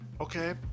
Okay